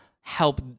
help